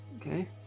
okay